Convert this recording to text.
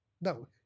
No